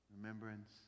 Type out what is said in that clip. remembrance